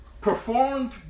performed